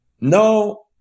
no